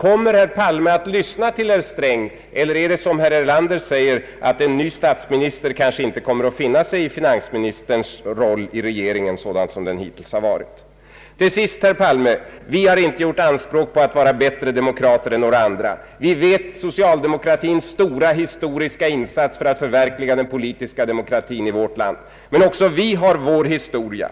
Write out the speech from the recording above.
Kommer herr Palme att lyssna till herr Sträng, eller är det som herr Erlander sagt att en ny statsminister kanske inte kommer att finna sig i finansministerns roll i regeringen sådan som den hittills har varit? Till sist, herr Palme! Vi från folkpartiet har inte gjort anspråk på att vara bättre demokrater än några andra. Vi känner socialdemokratins stora historiska insats för att förverkliga den politiska demokratin i vårt land, men också vi har vår historia.